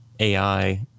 ai